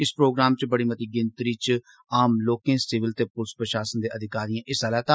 इस प्रोग्राम च बड़ी मती गिनरती च आम लोकें सिविल ते पुलस प्रशासन दे अधिकारिए हिस्सा लैता